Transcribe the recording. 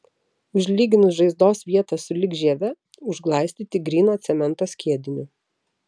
užlyginus žaizdos vietą sulig žieve užglaistyti gryno cemento skiediniu